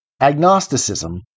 Agnosticism